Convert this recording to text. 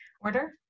order